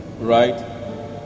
right